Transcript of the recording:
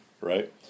right